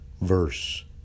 verse